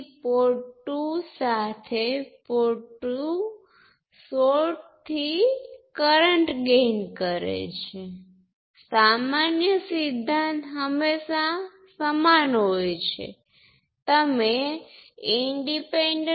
છેલ્લે આપણી પાસે કરંટ કંટ્રોલ કરંટ સોર્સ છે કારણ કે I1 કરંટ છે પરિણામે I2 પણ કરંટ છે